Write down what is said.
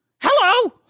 Hello